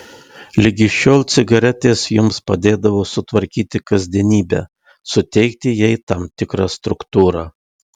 ligi šiol cigaretės jums padėdavo sutvarkyti kasdienybę suteikti jai tam tikrą struktūrą